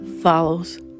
follows